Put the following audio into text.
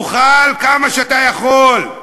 תאכל כמה שאתה יכול,